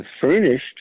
furnished